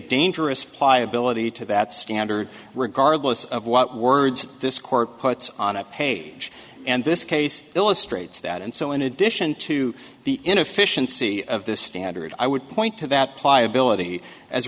dangerous pliability to that standard regardless of what words this court puts on a page and this case illustrates that and so in addition to the inefficiency of this standard i would point to that pliability as